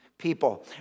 people